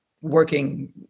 working